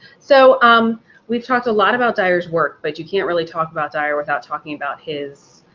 so um we've talked a lot about dyar's work, but you can't really talk about dyar without talking about his